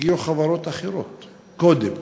שהגיעו חברות אחרות קודם,